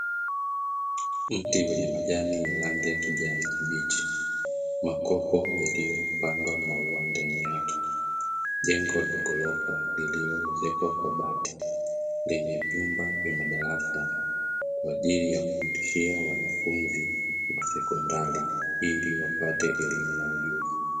Mti wenye majani ya rangi ya kijani kibichi, makopo yaliyopandwa maua ndani yake, jengo la ghorofa lililoezekwa kwa bati lenye vyumba vya madarasa; kwa ajili ya kufundishia wanafunzi wa sekondari ili wapate elimu juu.